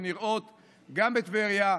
בטבריה,